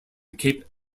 cape